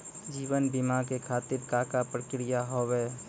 जीवन बीमा के खातिर का का प्रक्रिया हाव हाय?